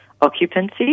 occupancy